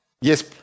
yes